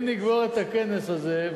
אם נגמור את הכנס הזה,